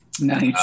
Nice